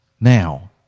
Now